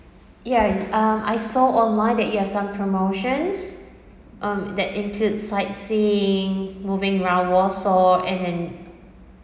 ya um I saw online that you have some promotions um that include sightseeing moving around warsaw and